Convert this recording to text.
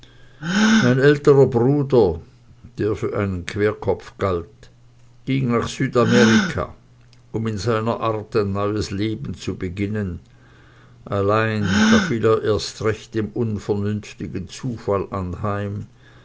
mein älterer bruder der für einen querkopf galt ging nach südamerika um in seiner art ein neues leben zu beginnen allein da fiel er erst recht dem unvernünftigen zufall anheim